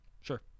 Sure